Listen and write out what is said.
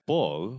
Paul